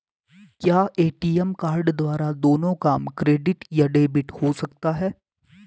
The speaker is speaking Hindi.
क्या ए.टी.एम कार्ड द्वारा दोनों काम क्रेडिट या डेबिट हो सकता है?